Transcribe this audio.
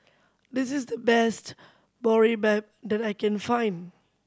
this is the best Boribap that I can find